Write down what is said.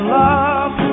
love